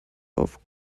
auf